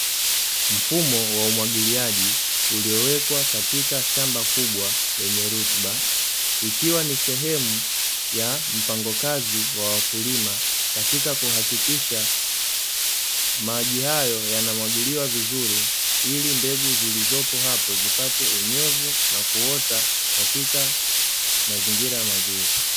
Mfumo wa umwagiliaji uliowekwa katika shamba kubwa lenye rutuba, ikiwa ni sehemu ya mpango kazi wa wakulima katika kuhakikisha maji hayo yanamwagiliwa vizuri, ili mbegu zilizopo hapo zipate unyevu na kuota katika mazingira mazuri.